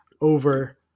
over